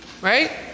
right